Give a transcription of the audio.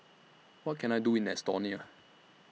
What Can I Do in Estonia